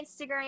Instagram